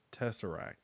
tesseract